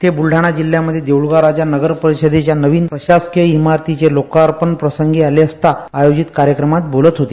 ते बुलढाणा जिल्ह्यामध्ये देऊळगाव राजा नगरपरिषदेच्या नविन प्रशसासकिय मारतीचं लोकार्पणप्रसंगी आले असता आयोजित कार्यक्रमात बोलत होते